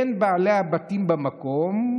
בין בעלי הבתים במקום",